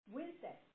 Wednesday